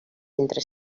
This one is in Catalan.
entre